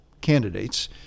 candidates